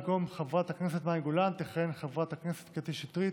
במקום חברת הכנסת מאי גולן תכהן חברת הכנסת קטי שטרית.